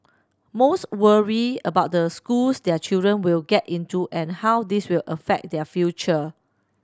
most worry about the schools their children will get into and how this will affect their future